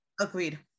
Agreed